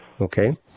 okay